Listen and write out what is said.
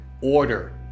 order